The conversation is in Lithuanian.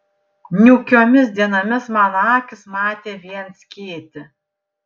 niūkiomis dienomis mano akys matė vien skėtį